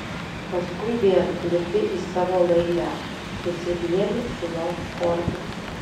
paskui vėl lipi į savo laivę susilieji su jos korpusu